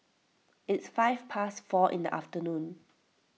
its five past four in the afternoon